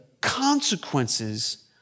consequences